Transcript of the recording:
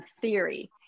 theory